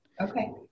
Okay